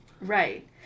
Right